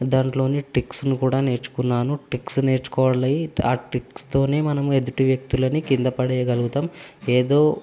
దాంట్లోని ట్రిక్స్ను కూడా నేర్చుకున్నాను ట్రిక్స్ నేర్చుకోవాలి ఆ ట్రిక్స్తోనే మనం ఎదుటి వ్యక్తులని కింద పడవేయగలుగుతాం ఏదో